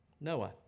Noah